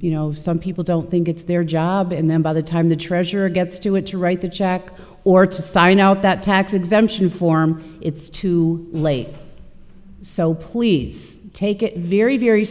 you know some people don't think it's their job and then by the time the treasurer gets to it to write the check or to sign out that tax exemption form it's too late so please take it very very